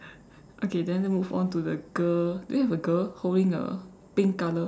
okay then let's move on to the girl do you have a girl holding a pink colour